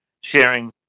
sharing